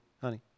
honey